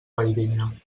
valldigna